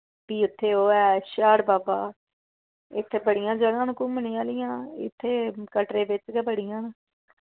फ्ही उत्थे ओह् ऐ शआड़ बाबा इत्थे बड़ियां जगह् न घूमने आह्लियां इत्थे कटरे बिच गै बड़ियां न